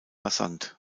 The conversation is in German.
rasant